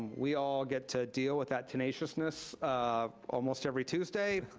we all get to deal with that tenaciousness um almost every tuesday,